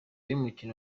y’umukino